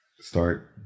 start